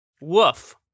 Woof